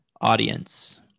audience